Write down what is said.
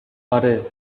اره